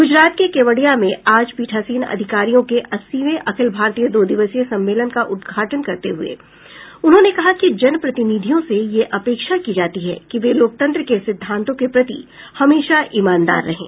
गुजरात के केवडिया में आज पीठासीन अधिकारियों के अस्सीवें अखिल भारतीय दो दिवसीय सम्मेलन का उद्घाटन करते हुए उन्होंने कहा कि जन प्रतिनिधियों से यह अपेक्षा की जाती है कि वे लोकतंत्र के सिद्धांतों के प्रति हमेशा ईमानदार रहें